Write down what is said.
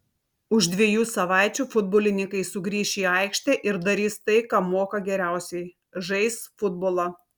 už dviejų savaičių futbolininkai sugrįš į aikštę ir darys tai ką moka geriausiai žais futbolą